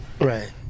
Right